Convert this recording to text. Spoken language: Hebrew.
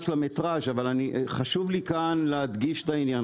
כרגע למטראז' אבל חשוב לי להדגיש כאן את העניין.